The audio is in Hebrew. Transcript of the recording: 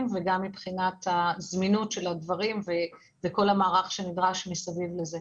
וגם מבחינת זמינות הדברים וכל המערך שנדרש מסביב לזה.